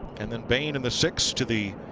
and the bane in the six to the